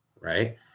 right